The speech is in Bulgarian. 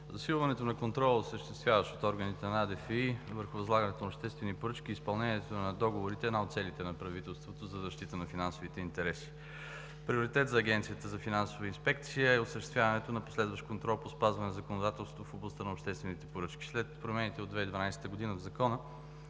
за държавна финансова инспекция върху възлагането на обществени поръчки и изпълнението на договорите, е една от целите на правителството за защита на финансовите интереси. Приоритет за Агенцията за финансова инспекция е осъществяването на последващ контрол по спазване законодателството в областта на обществените поръчки. След промените в закона